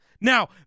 Now